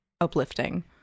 uplifting